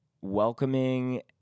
welcoming